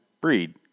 breed